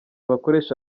bakoresha